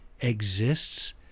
exists